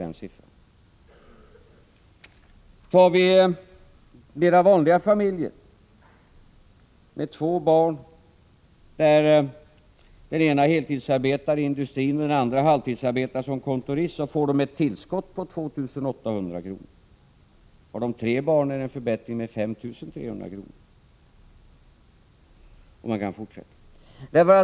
En mera vanlig familj med två barn, där den ena maken heltidsarbetar inom industrin och den andra halvtidsarbetar som kontorist, får ett tillskott på 2 800 kr. Har familjen tre barn får man en förbättring med 5 300 kr. Och man kan fortsätta.